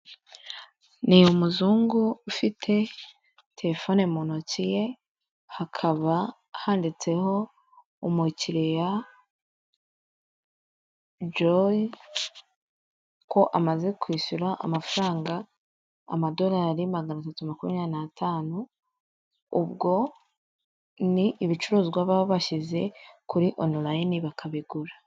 Ni umuzungu ufite telefone mu ntoki ye hakaba handitseho umukiriya Joy, ko amaze kwishyura amafaranga amadolari magana atatu makumyabiri n'atanu, ubwo ni ibicuruzwa baba bashyize kuri online bakabigura.